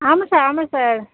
ஆமாம் சார் ஆமாம் சார்